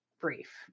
brief